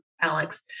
Alex